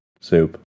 soup